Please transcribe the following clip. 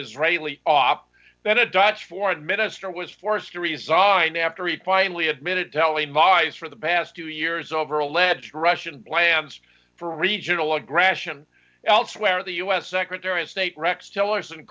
israeli that a dutch foreign minister was forced to resign after he finally admitted telling lies for the past two years over alleged russian plans for regional aggression elsewhere the us secretary of state rex tillers